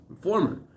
former